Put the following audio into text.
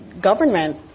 government